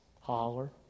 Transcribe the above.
holler